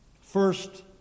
First